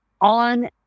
on